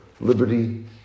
liberty